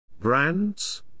Brands